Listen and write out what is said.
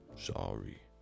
Sorry